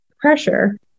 pressure